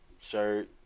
shirt